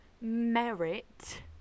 merit